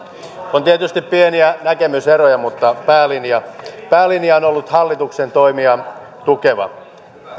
on tietysti pieniä näkemyseroja mutta päälinja päälinja on ollut hallituksen toimia tukeva